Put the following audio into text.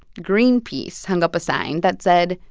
greenpeace hung up a sign that said,